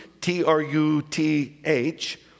T-R-U-T-H